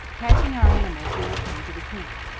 catching our animals, we return to the camp.